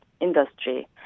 industry